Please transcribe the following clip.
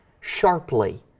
Sharply